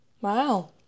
Wow